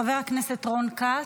חבר הכנסת רון כץ.